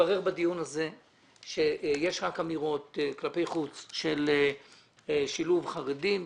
התברר בדיון הזה שיש רק אמירות כלפי חוץ של שילוב חרדים.